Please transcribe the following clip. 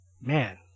man